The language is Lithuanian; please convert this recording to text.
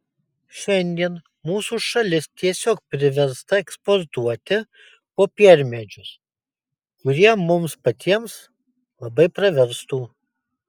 šiandien mūsų šalis tiesiog priversta eksportuoti popiermedžius kurie mums patiems labai praverstų